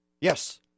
Yes